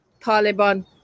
Taliban